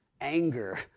anger